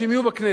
שהם יהיו בכנסת.